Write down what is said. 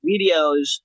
videos